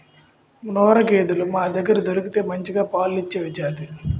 ముర్రా గేదెలు మనదగ్గర దొరికే మంచిగా పాలిచ్చే జాతి